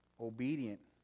obedient